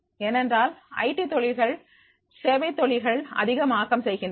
ஏனென்றால் I T தொழில்கள் சேவை தொழில்கள் அதிக ஆதிக்கம் செய்கின்றன